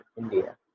India